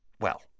Well